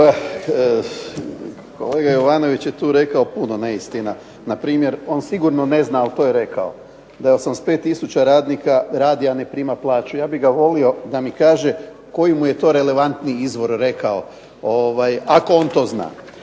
kolega Jovanović je tu rekao puno neistina. Npr. on sigurno ne zna, ali to je rekao da je 85 radnika radi a ne prima plaću. Ja bi ga moli da mi kaže koji mu je to relevantni izvor rekao, ako on to zna.